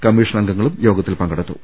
commission അംഗങ്ങളും യോഗത്തിൽ പങ്കെടുത്തു